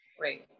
Right